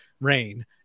rain